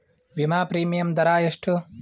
ವಿಮಾ ಪ್ರೀಮಿಯಮ್ ದರಾ ಎಷ್ಟು?